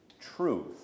truth